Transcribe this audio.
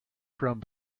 from